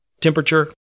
temperature